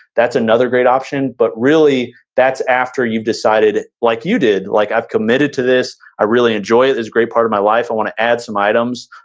that's another great option. but really, that's after you've decided like you did like, i've committed to this. i really enjoy it. this great part of my life. i want to add some items.